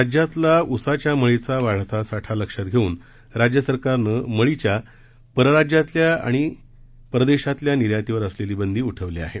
राज्यातला उसाच्या मळीचा वाढता साठा लक्षात घेऊन राज्य सरकारनं मळीच्या परराज्यातल्या आणि निर्यातीवर असलेली बंदी उठवली आहे